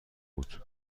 بود